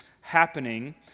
happening